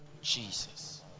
Jesus